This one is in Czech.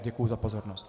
Děkuji za pozornost.